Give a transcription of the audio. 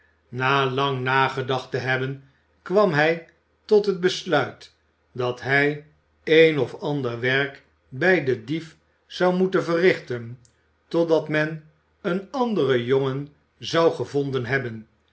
na lang nagedacht te hebben kwam hij tot het besluit dat hij een of ander werk bij den dief zou moeten verrichten totdat men een anderen jongen zou gevonden hebben